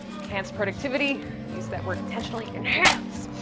enhanced productivity, use that word intentionally, enhanced.